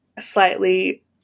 slightly